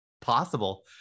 possible